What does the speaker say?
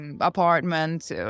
apartment